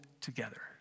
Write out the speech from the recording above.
together